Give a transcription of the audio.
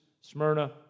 Smyrna